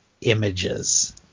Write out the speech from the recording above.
images